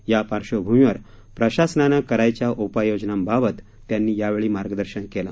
या पार्श्वभूमीवर प्रशासनानं करायच्या उपाययोजनांबाबत त्यांनी यावेळी मार्गदर्शन केलं